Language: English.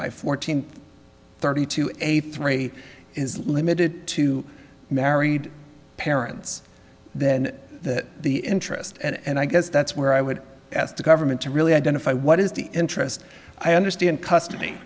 by fourteen thirty two eight three is limited to married parents then that the interest and i guess that's where i would ask the government to really identify what is the interest i understand custody